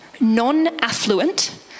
non-affluent